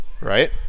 Right